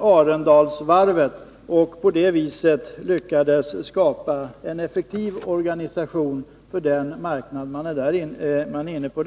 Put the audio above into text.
Arendalsvarvet och på det sättet lyckades skapa en effektiv organisation för den marknad man där är inne på.